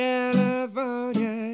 California